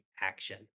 action